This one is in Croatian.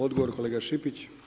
Odgovor, kolega Šipić.